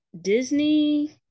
Disney